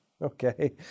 Okay